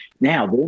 now